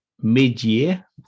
mid-year